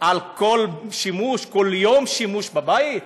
על כל שימוש, על כל יום שימוש בבית?